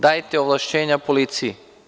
Dajte ovlašćenja policiji.